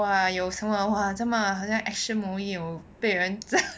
哇有什么 !wah! 这么好像 action movie 有被人在